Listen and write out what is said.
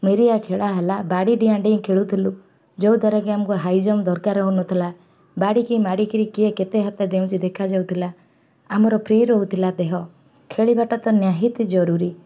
ମେରିଆ ଖେଳା ହେଲା ବାଡ଼ି ଡିଆଁ ଡିଁ ଖେଳୁଥିଲୁ ଯେଉଁଦ୍ୱାରାକି ଆମକୁ ହାଇଜମ୍ପ ଦରକାର ହଉନଥିଲା ବାଡ଼ିକି ମାଡ଼ିକିରି କିଏ କେତେ ହାତ ଡେଉଁଛି ଦେଖାଯାଉଥିଲା ଆମର ଫ୍ରି ରହୁଥିଲା ଦେହ ଖେଳିବାଟା ତ ନିହାତି ଜରୁରୀ